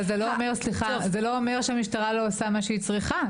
זה לא אומר שהמשטרה לא עושה את מה שהיא צריכה.